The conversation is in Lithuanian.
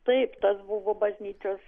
taip tas buvo bažnyčios